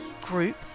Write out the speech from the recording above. group